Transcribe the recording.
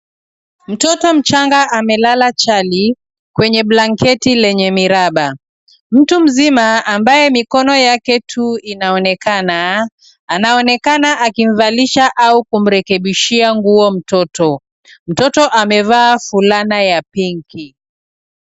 Mtoto mchanga amelala chali kwenye blanketi lenye miraba. Mtu mzima ambaye mikono yake tu inaonekana anaonekana akimvalisha au kumrekebishia nguo mtoto. Mtoto amevaa fulana ya pinki.